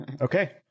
Okay